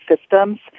Systems